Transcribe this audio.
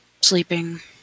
sleeping